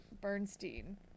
Bernstein